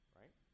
right